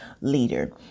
leader